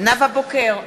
נאוה בוקר,